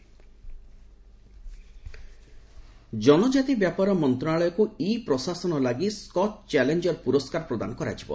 ଅର୍ଜୁନ ମୁଣ୍ଡା ଜନଜାତି ବ୍ୟାପାର ମନ୍ତ୍ରଣାଳୟକୁ ଇ ପ୍ରଶାସନ ଲାଗି ସ୍କଚ୍ ଚ୍ୟାଲେଞ୍ଜର ପୁରସ୍କାର ପ୍ରଦାନ କରାଯିବ